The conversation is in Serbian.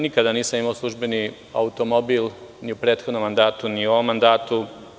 Nikada nisam imao službeni automobil ni u prethodnom mandatu, ni u ovom mandatu.